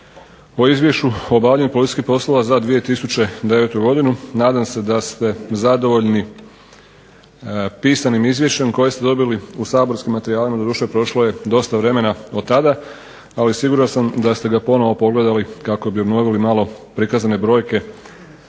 poslova o obavljanju policijskih poslova za 2009. godinu. Nadam se da ste zadovoljni pisanim izvješćem koji ste dobili u saborskim materijalima. Doduše prošlo je dosta vremena od tada ali siguran sam da ste ga ponovno pogledali kako bi obnovili prikazane brojke